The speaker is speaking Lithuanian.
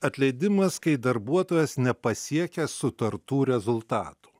atleidimas kai darbuotojas nepasiekia sutartų rezultatų